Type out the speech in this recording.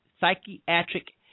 Psychiatric